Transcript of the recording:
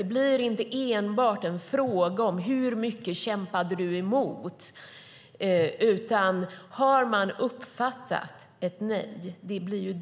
Det blir inte enbart en fråga om hur mycket offret kämpade emot utan en fråga om huruvida gärningsmannen uppfattade ett nej. Det blir